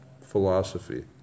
philosophy